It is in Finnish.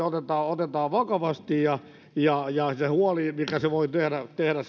otetaan otetaan vakavasti tämä velkaantuminen ja se huoli minkä se voi tehdä tehdä